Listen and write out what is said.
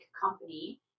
company